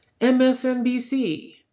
MSNBC